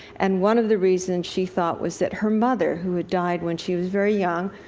and one of the reasons, she thought, was that her mother, who had died when she was very young,